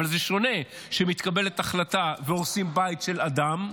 אבל זה שונה כשמתקבלת החלטה והורסים בית של אדם,